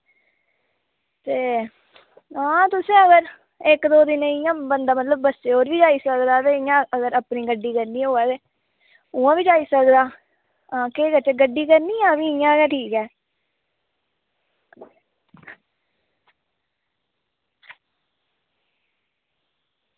आं तुसें अगर इक्क दौ दिनें ई मतलब इंया आई सकदा ते अगर अपनी गड्डी करनी होऐ ते उआं बी जाई सकदा केह् करचै भी गड्डी करनी जां इंया गै ठीक ऐ